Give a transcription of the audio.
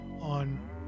on